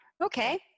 Okay